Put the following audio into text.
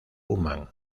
human